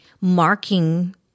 marking